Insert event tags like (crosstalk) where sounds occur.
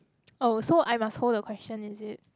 (noise) oh I must hold the question is it